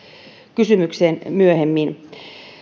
kysymykseen myöhemmin